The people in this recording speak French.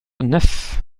neuf